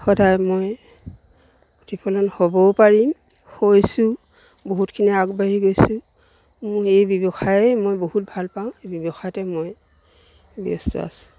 সদায় মই প্ৰতিফলন হ'বও পাৰিম হৈছোঁ বহুতখিনি আগবাঢ়ি গৈছোঁ মোৰ এই ব্যৱসায় মই বহুত ভালপাওঁ এই ব্যৱসায়তে মই ব্যস্ত আছো